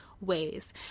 ways